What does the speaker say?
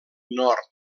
nord